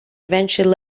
eventually